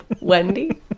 Wendy